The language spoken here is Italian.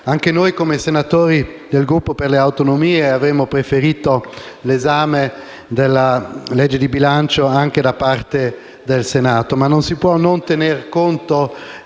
Anche noi, senatori del Gruppo Per le Autonomie, avremmo preferito l'esame del disegno di legge di bilancio anche da parte del Senato, ma non si può non tener conto